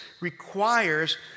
requires